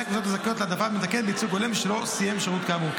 עם קבוצות הזכאיות להעדפה מתקנת לייצוג הולם ושלא סיים שירות כאמור.